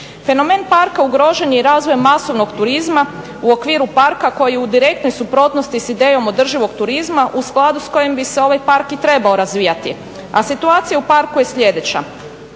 Fenomen parka ugrožen je i razvojem masovnog turizma u okviru parka koji je u direktnoj suprotnosti s idejom održivog turizma u skladu s kojim bi se ovaj park i trebao razvijati, a situacija u parku je sljedeća: